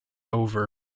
over